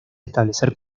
establecer